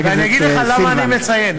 ואני אגיד לך למה אני מציין,